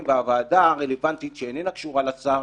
והוועדה הרלוונטית שאיננה קשורה לשר